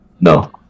No